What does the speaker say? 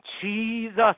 Jesus